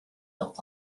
built